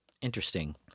Interesting